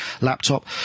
laptop